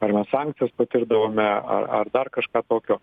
ar mes sankcijas patirdavome ar ar dar kažką tokio